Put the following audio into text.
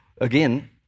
again